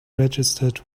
registered